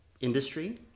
Industry